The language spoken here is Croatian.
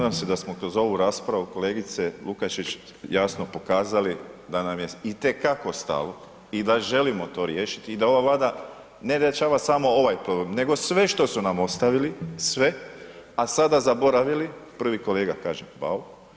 Nadam se da smo kroz ovu raspravu kolegice Lukačić jasno pokazali da nam je i te kako stalo i da želimo to riješiti i da ova Vlada, ne da rješavamo samo ovaj problem nego sve što su nam ostavili, sve, a sada zaboravili, prvi kolega kažem, Bauk.